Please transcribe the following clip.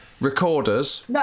Recorders